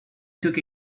took